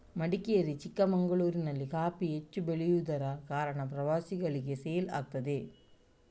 ಮಡಿಕೇರಿ, ಚಿಕ್ಕಮಗಳೂರಿನಲ್ಲಿ ಕಾಫಿ ಹೆಚ್ಚು ಬೆಳೆಯುದರ ಕಾರಣ ಪ್ರವಾಸಿಗಳಿಗೆ ಸೇಲ್ ಆಗ್ತದೆ